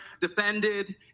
defended